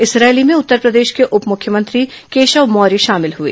इस रैली में उत्तरप्रदेश के उप मुख्यमंत्री केशव मौर्य शामिल हुए